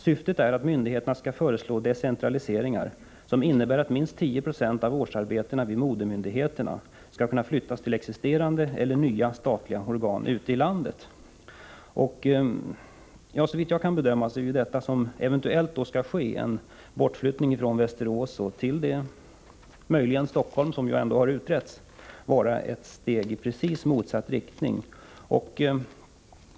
Syftet är att myndigheterna skall föreslå decentraliseringar som innebär att minst 10 96 av årsarbetena vid modermyndigheterna skall kunna flyttas till existerande eller nya statliga organ ute i landet. Såvitt jag kan bedöma måste det som eventuellt kommer att ske, nämligen en bortflyttning från Västerås till möjligen Stockholm — det är ju ändå det — Nr 92 alternativ som har utretts — vara ett steg i precis motsatt riktning mot vad Torsdagen den arbetsmarknadsministern sagt.